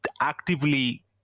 actively